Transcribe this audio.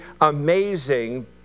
amazing